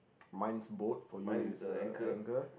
mine's boat for you is uh anchor